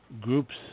groups